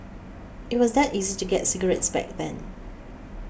it was that easy to get cigarettes back then